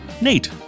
Nate